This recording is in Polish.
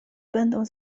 będą